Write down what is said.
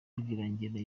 rwirangira